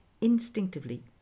instinctively